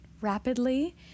rapidly